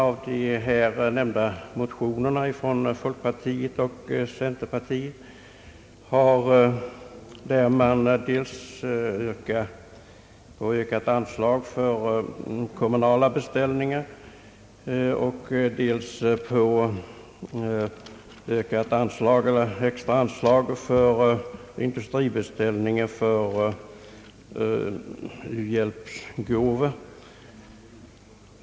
I de här nämnda motionerna från folkpartiet och centerpartiet har yrkats dels på utökat anslag för kommunala beställningar, dels på extra anslag för industribeställningar för uhjälpsgåvor.